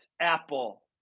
Apple